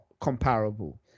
comparable